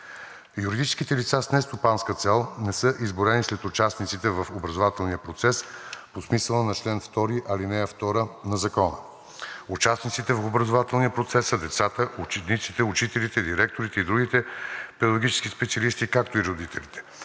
Юридическите лица с нестопанска цел не са изброени сред участниците в образователния процес по смисъла на чл. 2, ал. 2 на Закона. Участниците в образователния процес са децата, учениците, учителите, директорите и другите педагогически специалисти, както и родителите.